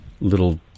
little